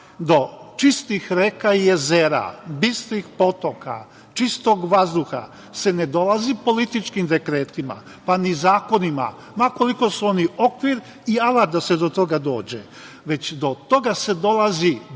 do čistih reka i jezera, bistrih potoka, čistog vazduha se ne dolazi političkim dekretima, pa ni zakonima, ma koliko su oni okvir i alat da se do toga dođe, već do toga se dolazi dugim